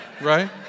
right